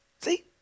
See